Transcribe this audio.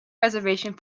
reservation